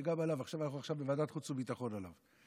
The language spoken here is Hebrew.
שעכשיו אנחנו דנים בוועדת החוץ והביטחון עליו.